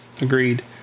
agreed